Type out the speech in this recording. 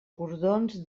cordons